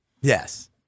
Yes